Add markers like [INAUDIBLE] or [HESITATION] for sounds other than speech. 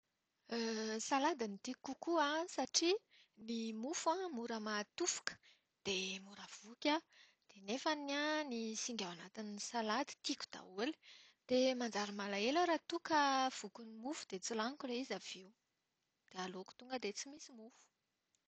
[HESITATION] Salady no tiako kokoa satria ny mofo mora mahatofoka dia mora voky aho. Nefany an ny singa ao anatin'ny salady tiako daholo ka manjary mahahelo aho raha toa ka vokin'ny mofo dia tsy laniko ilay izy avy eo. Dia aleoko tonga dia tsy misy mofo.